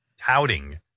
touting